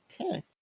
Okay